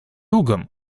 югом